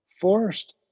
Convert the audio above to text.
forced